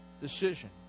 decision